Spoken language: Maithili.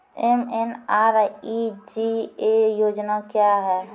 एम.एन.आर.ई.जी.ए योजना क्या हैं?